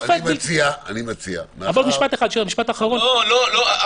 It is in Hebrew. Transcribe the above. אני מציע -- משפט אחרון -- לא, לא.